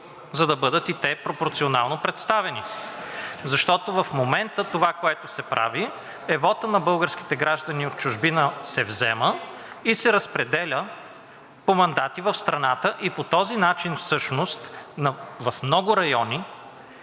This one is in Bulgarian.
за да бъдат и те пропорционално представени. Защото в момента това, което се прави, е, че вотът на българските граждани от чужбина се взема и се разпределя по мандати в страната. По този начин всъщност в много райони